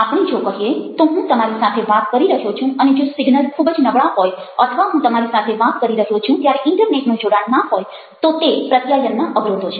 આપણે જો કહીએ તો હું તમારી સાથે વાત કરી રહ્યો છું અને જો સિગ્નલ ખૂબ જ નબળા હોય અથવા હું તમારી સાથે વાત કરી રહ્યો છું ત્યારે ઈન્ટરનેટનું જોડાણ ના હોય તો તે પ્રત્યાયનના અવરોધો છે